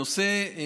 הנושא,